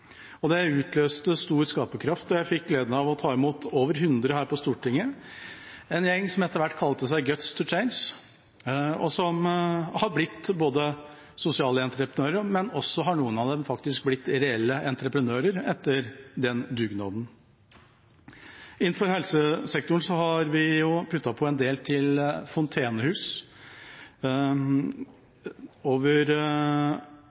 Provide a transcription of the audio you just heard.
og det utløste stor skaperkraft. Jeg fikk gleden av å ta imot over hundre her på Stortinget, en gjeng som etter hvert kalte seg Guts to Change, og som har blitt sosialentreprenører, og noen av dem har også blitt reelle entreprenører etter den dugnaden. Innenfor helsesektoren har vi jo puttet på en del til fontenehus